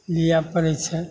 दिय पड़य छै